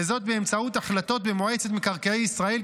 וזאת באמצעות החלטות במועצת מקרקעי ישראל,